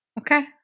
Okay